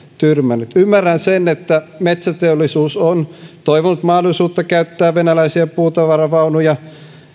tyrmännyt ymmärrän sen että metsäteollisuus on toivonut mahdollisuutta käyttää venäläisiä puutavaravaunuja